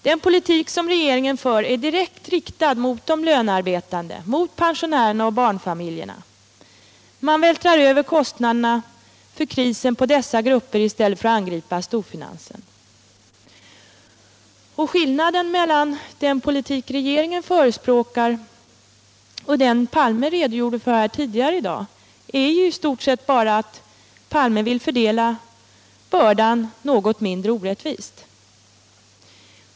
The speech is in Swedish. Den politik som regeringen för är direkt riktad mot de lönearbetande, mot pensionärerna och barnfamiljerna — man vältrar över kostnaderna för krisen på dessa grupper i stället för att angripa storfinansen. Och skillnaden mellan den politik som regeringen förespråkar och den som Olof Palme redogjorde för här tidigare i dag är i stort sett bara att Olof Palme vill fördela bördan något mindre orättvist.